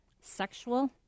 sexual